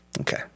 Okay